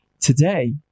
Today